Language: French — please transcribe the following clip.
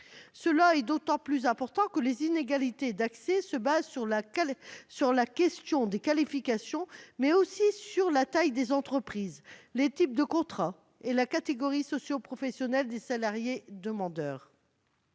Cela est d'autant plus important que les inégalités d'accès résultent de la question des qualifications, mais aussi de la taille des entreprises, des types de contrats et de la catégorie socioprofessionnelle des salariés demandeurs.